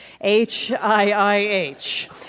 H-I-I-H